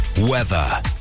Weather